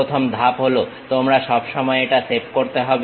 প্রথম ধাপ হলো তোমাকে সবসময় এটা সেভ করতে হবে